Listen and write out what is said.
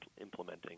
implementing